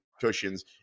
cushions